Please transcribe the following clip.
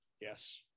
yes